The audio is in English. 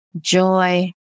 joy